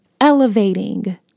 elevating